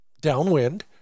downwind